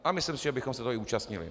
A myslím si, že bychom se toho i účastnili.